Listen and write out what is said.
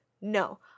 No